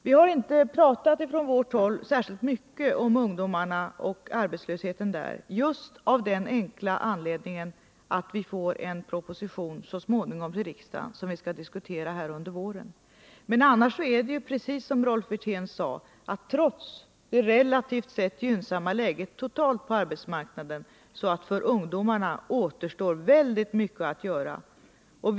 Vi har inte pratat från vårt håll särskilt mycket om ungdomsarbetslösheten just av den enkla anledningen att vi får en proposition till riksdagen som vi skall diskutera här under våren. Annars är det precis som Rolf Wirtén sade: Trots det relativt sett gynnsamma läget totalt på arbetsmarknaden återstår väldigt mycket att göra för ungdomarna.